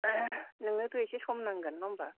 नोंनोथ' एसे सम नांगोन नङा होनबा